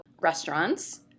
restaurants